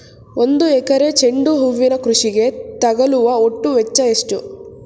ಒಂದು ಎಕರೆ ಚೆಂಡು ಹೂವಿನ ಕೃಷಿಗೆ ತಗಲುವ ಒಟ್ಟು ವೆಚ್ಚ ಎಷ್ಟು?